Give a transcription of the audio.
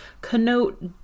connote